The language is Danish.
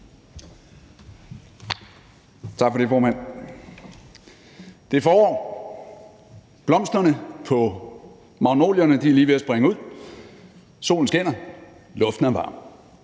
Tak for det, formand. Det er forår, blomsterne på magnolierne er lige ved at springe ud, solen skinner, luften er varm.